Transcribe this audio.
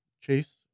Chase